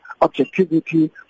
objectivity